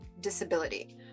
disability